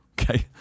Okay